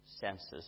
senses